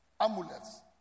amulets